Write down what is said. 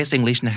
English